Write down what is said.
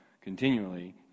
continually